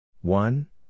One